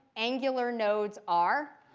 angular nodes are?